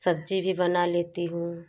सब्जी भी बना लेती हूँ